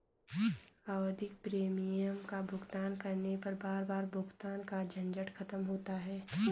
आवधिक प्रीमियम का भुगतान करने पर बार बार भुगतान का झंझट खत्म होता है